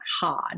hard